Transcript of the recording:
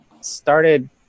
started